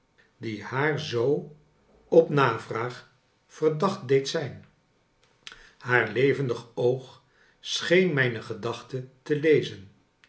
die haar zoo op navraag verdacht deed zijn haar levendig oog scheen mijne gedachte te lezen